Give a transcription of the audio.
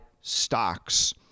stocks